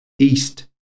east